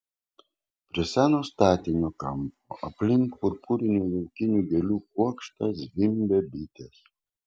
prie seno statinio kampo aplink purpurinių laukinių gėlių kuokštą zvimbė bitės